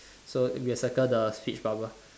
so we'll circle the speech bubble